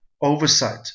oversight